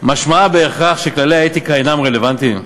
משמעה בהכרח שכללי האתיקה אינם רלוונטיים?